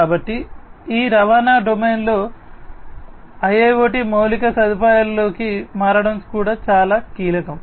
కాబట్టి ఈ రవాణా డొమైన్లో IIoT మౌలిక సదుపాయాలలోకి మారడం కూడా చాలా కీలకం